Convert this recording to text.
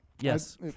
Yes